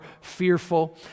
fearful